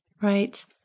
Right